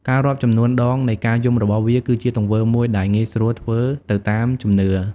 ការរាប់ចំនួនដងនៃការយំរបស់វាគឺជាទង្វើមួយដែលងាយស្រួលធ្វើទៅតាមជំនឿ។